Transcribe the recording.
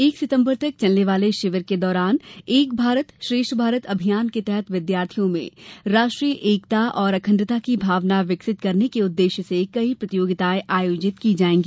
एक सितम्बर तक चलने वाले शिविर के दौरान एक भारत श्रेष्ठ भारत अभियान के तहत विद्यार्थियों में राष्ट्रीय एकता और अखण्डता की भावना विकसित करने के उद्वेश्य से कई प्रतियोगिताएं आयोजित की जायेंगी